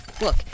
Look